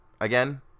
again